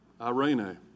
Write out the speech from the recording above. Irene